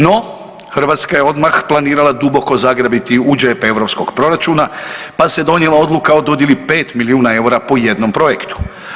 No, Hrvatska je odmah planirala duboko zagrabiti u džep europskog proračuna pa se donijela odluka o dodjeli 5 milijuna EUR-a po jednom projektu.